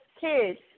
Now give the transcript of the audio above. kids